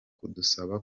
kudusaba